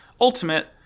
Ultimate